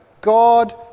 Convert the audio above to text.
God